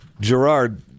Gerard